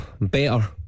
better